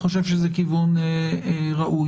חושב שזה כיוון ראוי,